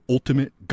Ultimate